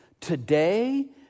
Today